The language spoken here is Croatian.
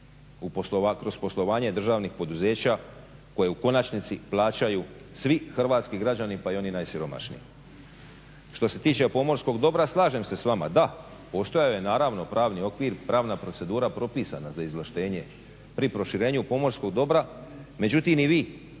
kroz poslovanje državnih poduzeća koje u konačnici plaćaju svi hrvatski građani pa i oni najsiromašniji. Što se tiče pomorskog dobra slažem se sa vama. Da, postojao je naravno pravni okvir, pravna procedura propisana za izvlaštenje pri proširenju pomorskog dobra. Međutim, i vi